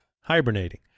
Hibernating